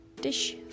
dish